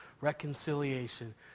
reconciliation